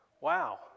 Wow